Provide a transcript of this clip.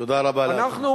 תודה רבה לאדוני.